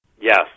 Yes